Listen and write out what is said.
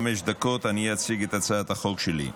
חמש דקות להצגת החוק שלי.